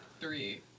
three